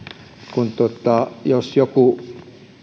jos joku